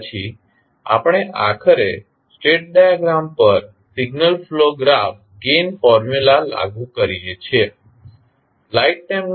અને પછી આપણે આખરે સ્ટેટ ડાયાગ્રામ પર signal flow graph gain formula લાગુ કરીએ છીએ